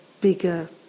bigger